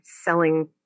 selling